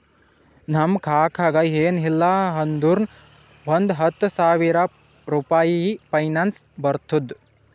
ನಮ್ ಕಾಕಾಗ ಎನ್ ಇಲ್ಲ ಅಂದುರ್ನು ಒಂದ್ ಹತ್ತ ಸಾವಿರ ರುಪಾಯಿ ಪೆನ್ಷನ್ ಬರ್ತುದ್